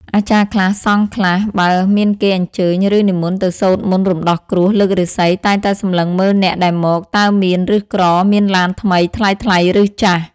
អាចារ្យខ្លះ សង្ឃខ្លះ បើមានគេអញ្ជើញ ឬនិមន្តទៅសូត្រមន្តរំដោះគ្រោះ លើករាសី តែងតែសម្លឹងមើលអ្នកដែលមក តើមានឬក្រ មានឡានថ្មីថ្លៃៗឬចាស់ ។